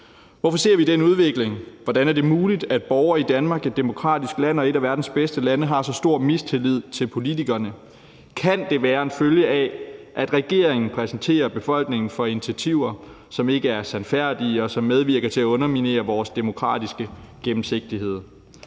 Hvorfor ser vi denne udvikling? Hvordan er det muligt, at borgere i Danmark, et demokratisk land og et af verdens bedste lande, har så stor mistillid til politikerne? Kan det være en følge af, at regeringen præsenterer befolkningen for initiativer, som ikke er sandfærdige, og som medvirker til at underminere vores demokratiske gennemsigtighed?